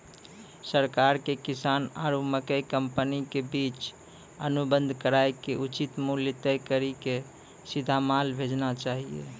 सरकार के किसान आरु मकई कंपनी के बीच अनुबंध कराय के उचित मूल्य तय कड़ी के सीधा माल भेजना चाहिए?